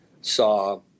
saw